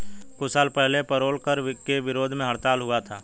कुछ साल पहले पेरोल कर के विरोध में हड़ताल हुआ था